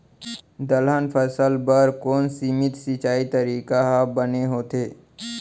दलहन फसल बर कोन सीमित सिंचाई तरीका ह बने होथे?